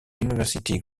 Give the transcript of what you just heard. university